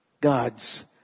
God's